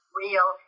real